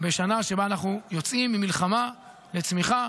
בשנה שבה אנחנו יוצאים ממלחמה לצמיחה,